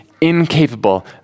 incapable